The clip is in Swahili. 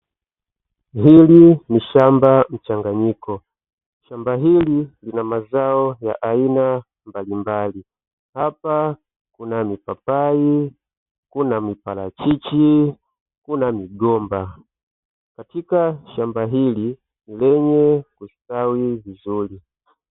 Hili ni shamba mchanganyiko shamba hili lina mazao ya aina mbalimbali hapa kuna mipapai kuna, miparachichi kuna migomba katika shamba hili lenye ustawi mzuri.